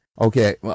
okay